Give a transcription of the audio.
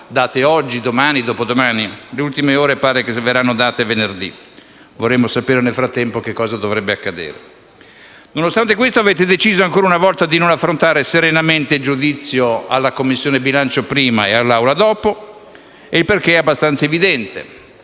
secondo le notizie delle ultime ore, sembra che verranno date venerdì. Vorremmo sapere nel frattempo che cosa dovrebbe accadere. Nonostante questo, avete deciso ancora una volta di non affrontare serenamente il giudizio della Commissione bilancio prima e dell'Assemblea poi. Il perché è abbastanza evidente: